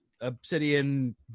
Obsidian